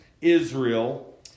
Israel